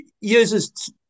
uses